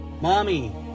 Mommy